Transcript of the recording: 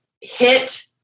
hit